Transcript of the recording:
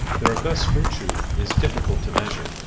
their august virtue is difficult to measure.